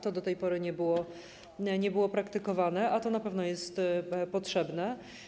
To do tej pory nie było praktykowane, a to na pewno jest potrzebne.